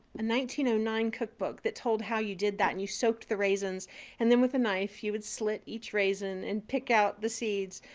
nine ah nine cookbook that told how you did that. and you soaked the raisins and then with a knife you would slit each raisin and pick out the seeds.